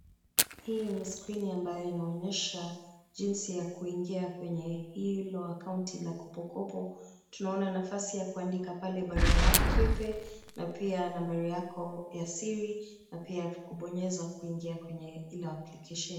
Hii ni skrini ya ambayo inaonyesha jinsi ya kuingia kwenye hilo account ya kopokopo. Tunaona nafasi ya kuandika barua yako pepe na pia nambari yako ya siri na pia kubonyeza kuingia kwa hilo application .